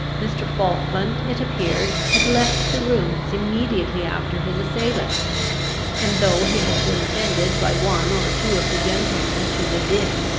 mr. falkland, it appeared, had left the rooms immediately after his assailant and though he had been attended by one or two of the gentlemen to his inn,